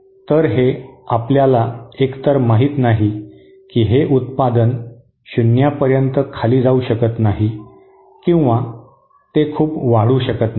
तर हे आपल्याला एकतर माहित नाही की हे उत्पादन शून्यापर्यंत खाली जाऊ शकत नाही किंवा ते खूप वाढू शकत नाही